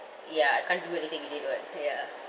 ya I can't do anything illegal [what] ya